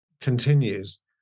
continues